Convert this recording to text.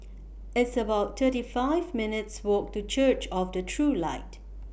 It's about thirty five minutes' Walk to Church of The True Light